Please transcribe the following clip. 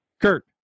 Kurt